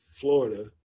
Florida